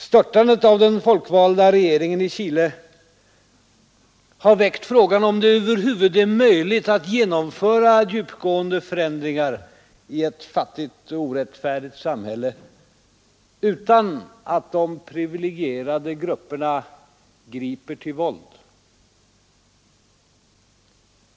Störtandet av den folkvalda regeringen i Chile har väckt frågan, om det över huvud är möjligt att genomföra djupgående förändringar i ett fattigt och orättfärdigt samhälle utan att de privilegierade grupperna griper till våld.